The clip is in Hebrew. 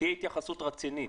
שתהיה התייחסות רצינית,